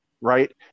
right